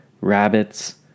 rabbits